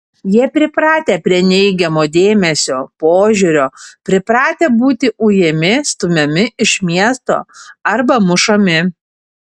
jie pripratę prie neigiamo dėmesio požiūrio pripratę būti ujami stumiami iš miesto arba mušami